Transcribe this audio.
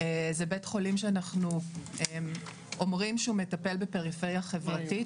זה בית חולים שאנחנו אומרים שהוא מטפל בפריפריה חברתית.